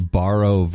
borrow